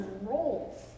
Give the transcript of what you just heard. roles